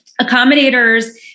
Accommodators